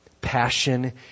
passion